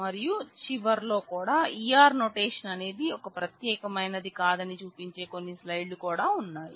మరియు చివరల్లో కూడా E R నోటేషన్ అనేది ఒక ప్రత్యేకమైనది కాదని చూపించే కొన్ని స్లైడ్ లు కూడా ఉన్నాయి